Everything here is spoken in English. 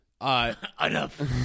enough